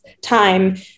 time